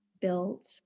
built